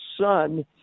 son